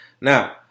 now